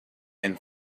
and